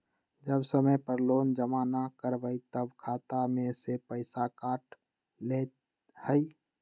जब समय पर लोन जमा न करवई तब खाता में से पईसा काट लेहई?